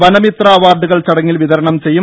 വനമിത്ര അവാർഡുകൾ ചടങ്ങിൽ വിതരണം ചെയ്യും